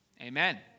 Amen